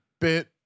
bit